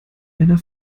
einer